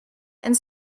and